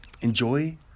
enjoy